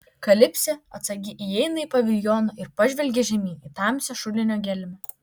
kalipsė atsargiai įeina į paviljoną ir pažvelgia žemyn į tamsią šulinio gelmę